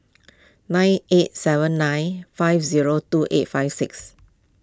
nine eight seven nine five zero two eight five six